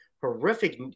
horrific